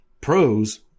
Pros